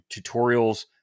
tutorials